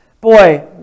Boy